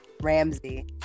Ramsey